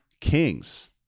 kings